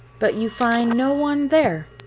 but you find no one there.